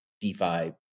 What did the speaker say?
DeFi